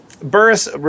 Burris